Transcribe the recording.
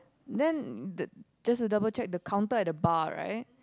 then the just to double check the counter at the bar right